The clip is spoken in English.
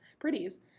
Pretties